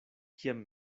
kiam